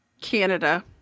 Canada